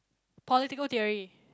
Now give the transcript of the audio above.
political theory